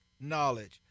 knowledge